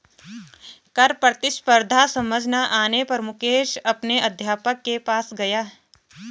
कर प्रतिस्पर्धा समझ ना आने पर मुकेश अपने अध्यापक के पास गया